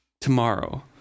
Tomorrow